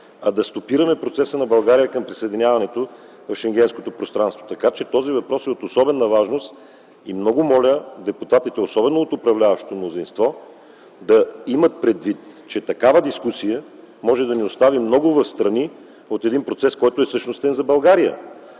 а да стопираме процеса към присъединяването на България към Шенгенското пространство, така че този въпрос е от особена важност. Много моля депутатите, особено от управляващото мнозинство, да имат предвид, че такава дискусия може да ни остави много встрани от един процес, който е същностен за България.